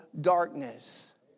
darkness